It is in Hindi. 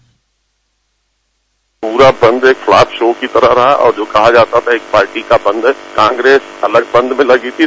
बाइट पूरा बंद एक छलावा की तरह रहा और जो कहा जाता था कि पार्टी का बंद कांग्रेस अलग बंद में लगी थी